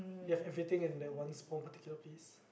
you have everything in the one small particular place